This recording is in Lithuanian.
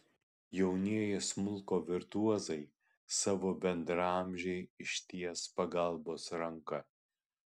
jaunieji smuiko virtuozai savo bendraamžei išties pagalbos ranką